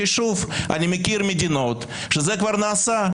כי שוב, אני מכיר מדינות שזה כבר נעשה.